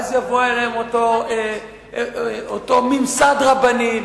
יבוא אליהם אותו ממסד רבני,